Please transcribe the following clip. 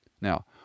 Now